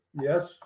Yes